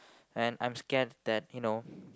and I'm scared that you know